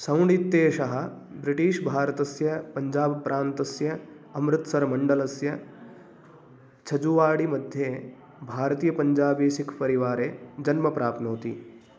सौण्डित्येशः British भारतस्य पञ्जाबप्रान्तस्य अमृत्सरमण्डलस्य छजुवाडिमध्ये भारतीयपञ्जाबीसिखपरिवारे जन्म प्राप्नोति